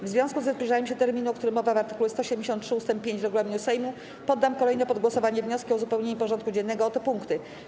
W związku ze zbliżaniem się terminu, o którym mowa w art. 173 ust. 5 regulaminu Sejmu, poddam kolejno pod głosowanie wnioski o uzupełnienie porządku dziennego o te punkty.